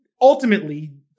Ultimately